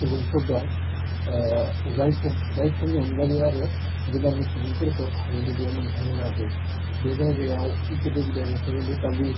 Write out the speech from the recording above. सुबुंफोर दं जायफोर जायफोरनि अनगा बेयाव आरो गोदानै सुबुंफोरखौ थाहैनो बेयाव मोन्थाय होआखै बे जायगायाव गोदो गोदायनिफ्रायनो नेपालि